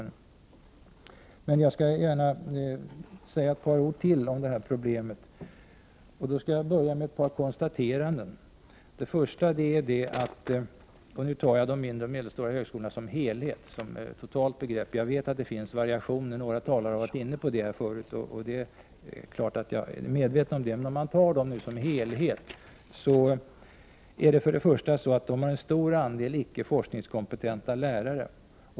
Jag vill emellertid gärna säga ett par ord till om problemet. Jag skall börja med ett par konstateranden, och då talar jag om de mindre och medelstora högskolorna som helhet, som totalt begrepp. Jag vet att det finns variationer. Några talare har tidigare varit inne på det. Det är klart att jag är medveten om det. Om man tar dessa skolor som en helhet är det för det första så att de har en stor andel icke forskningskompetenta lärare.